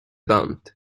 band